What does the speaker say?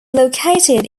located